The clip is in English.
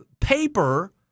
paper